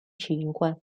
cinque